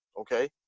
Okay